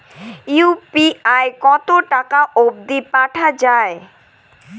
UPI কতো টাকা অব্দি পাঠা যায়?